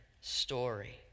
story